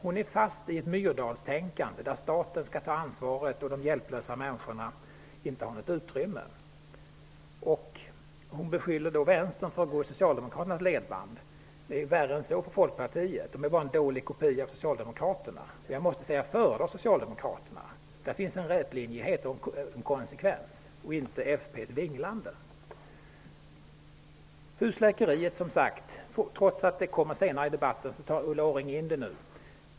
Hon sitter fast i ett Myrdalstänkande, där staten skall ta ansvaret medan de hjälplösa människorna inte har något utrymme. Ulla Orring beskyller Vänstern för att gå i Socialdemokraternas ledband. Folkpartiet är värre en så. Det är bara en dålig kopia av Socialdemokraterna. Jag måste säga att jag föredrar ändå Socialdemokraterna. De har en rätlinjighet och en konsekvens, och ingenting av Trots att husläkeriet kommer senare i debatten tog Ulla Orring upp den frågan nu.